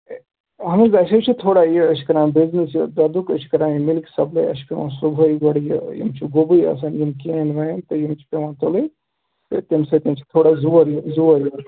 A اَہن حظ اَسہِ حظ چھِ تھوڑا یہِ أسۍ چھِ کَران بِزنِس یہِ دۄدُک أسۍ چھِ کَران یہِ مِلک سَپلاے اَسہِ چھُ پیٚوان صُبحٲے گۄڈٕ یہِ یِم چھِ گوٚبٕے آسان یِم کین وین تہٕ یِم چھِ پیٚوان تُلٕنۍ تہٕ تمہِ سۭتۍ چھِ تھوڑا زور زور یِوان